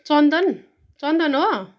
चन्दन चन्दन हो